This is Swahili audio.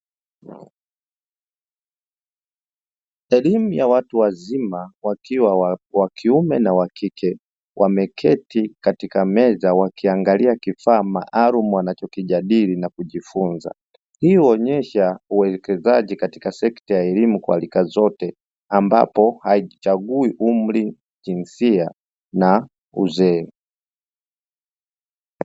Elimu ya watu wazima wakiwa wa kiume na wa kike wameketi katika meza wakiangalia kifaa maalumu wanachokijadili na kujifunza hii huonesha uwekezaji katika sekta ya elimu kwa rika zote, ambapo haichagui umri, jinsia na uzee.